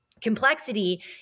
complexity